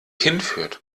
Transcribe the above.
hinführt